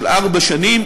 של ארבע שנים,